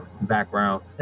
background